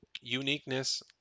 Uniqueness